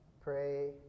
pray